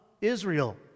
Israel